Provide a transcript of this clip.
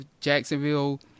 Jacksonville